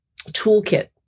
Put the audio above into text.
toolkit